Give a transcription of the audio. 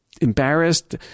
embarrassed